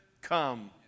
come